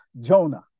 Jonah